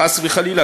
חס וחלילה,